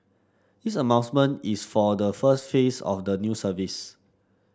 this is for the first phase of the new service